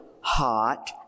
hot